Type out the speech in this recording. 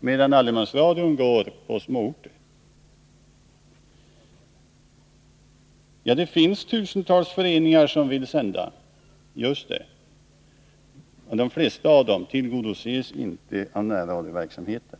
medan allemansradion bedrivs i mindre kommuner. Tusentals föreningar vill sända — just det. De flesta av dem tillgodoses inte av närradioverksamheten.